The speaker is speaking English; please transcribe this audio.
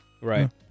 right